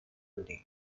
penting